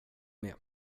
med